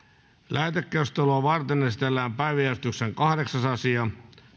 lähetekeskustelua varten esitellään päiväjärjestyksen kahdeksas asia